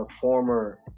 former